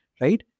right